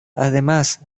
además